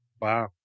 Wow